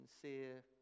sincere